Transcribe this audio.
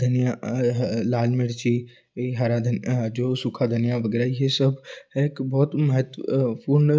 धनिया लाल मिर्ची हरा धनिया जो सूखा धनिया वगैरह ये सब है कि बहुत महत्व पूर्ण